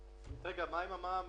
מה עם המע"מ